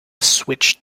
switch